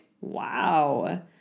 wow